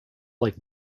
like